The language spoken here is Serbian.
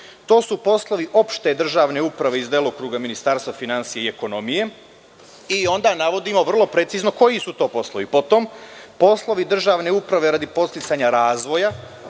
To su poslovi opšte državne uprave iz delokruga ministarstva finansija i ekonomije. Onda navodimo vrlo precizno koji su to poslovi. Po tom poslovi državne uprave radi podsticanja razvoja,